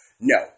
No